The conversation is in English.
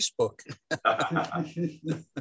Facebook